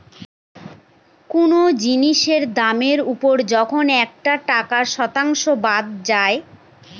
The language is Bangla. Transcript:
কোনো জিনিসের দামের ওপর যখন একটা টাকার শতাংশ বাদ যায়